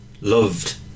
loved